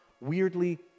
weirdly